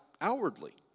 outwardly